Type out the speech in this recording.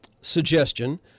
suggestion